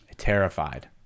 terrified